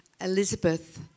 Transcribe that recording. Elizabeth